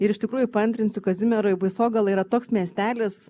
ir iš tikrųjų paantrinsiu kazimierui baisogala yra toks miestelis